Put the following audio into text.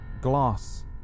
glass